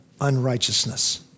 unrighteousness